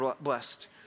blessed